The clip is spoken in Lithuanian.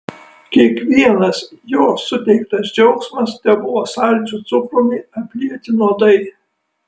kiekvienas jo suteiktas džiaugsmas tebuvo saldžiu cukrumi aplieti nuodai